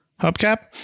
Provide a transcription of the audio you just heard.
hubcap